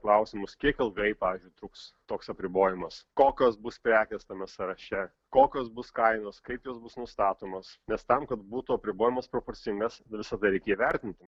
klausimus kiek ilgai pavyzdžiui truks toks apribojimas kokios bus prekės tame sąraše kokios bus kainos kai tik bus nustatomos nes tam kad būtų apribojimas proporcingas visa tai reikia įvertinti